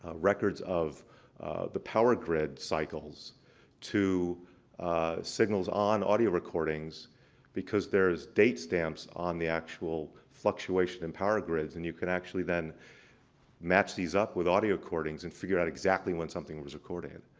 records of the power grid cycles to signals on audio recordings because there's date stamps on the actual fluctuation and power grids. and you can actually then match these up with audio recordings and figure out exactly when something was recorded.